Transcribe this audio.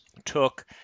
took